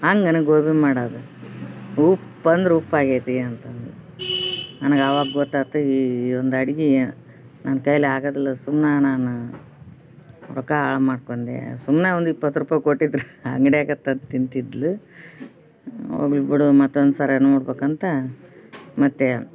ಹಂಗೇನು ಗೋಬಿ ಮಾಡೋದ ಉಪ್ಪು ಅಂದ್ರೆ ಉಪ್ಪು ಆಗೈತಿ ಅಂತಂದ್ಳು ನನಗೆ ಆವಾಗ ಗೊತ್ತಾತು ಈ ಒಂದು ಅಡ್ಗೆ ನನ್ನ ಕೈಲಿ ಆಗೋದಿಲ್ಲ ಸುಮ್ನಾಣಾನ ರೊಕ್ಕ ಹಾಳ್ ಮಾಡ್ಕೊಂಡೆ ಸುಮ್ನೆ ಒಂದು ಇಪ್ಪತ್ತು ರೂಪಾಯಿ ಕೊಟ್ಟಿದ್ರೆ ಅಂಗಡಿಯಾಗ ತಂದು ತಿಂತಿದ್ಳು ಹೋಗ್ಲಿ ಬಿಡು ಮತ್ತೊಂದು ಸಾರೆ ನೋಡಬೇಕಂತ ಮತ್ತೆ